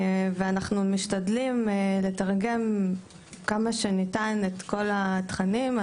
אנחנו משתדלים לתרגם כמה שניתן את כל התכנים.